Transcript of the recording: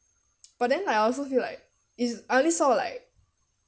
but then I also feel like is I only saw like